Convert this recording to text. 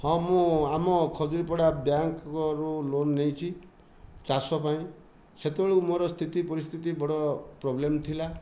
ହଁ ମୁଁ ଆମ ଖଜୁରୀ ପଡ଼ା ବ୍ୟାଙ୍କରୁ ଲୋନ ନେଇଛି ଚାଷ ପାଇଁ ସେତେବେଳକୁ ମୋର ସ୍ଥିତି ପରିସ୍ଥିତି ବଡ଼ ପ୍ରୋବଲେମ ଥିଲା